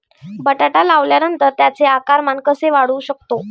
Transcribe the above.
बटाटा लावल्यानंतर त्याचे आकारमान कसे वाढवू शकतो?